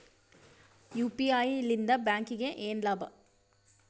UPI ಲಿಂದ ಬ್ಯಾಂಕ್ಗೆ ಏನ್ ಲಾಭ?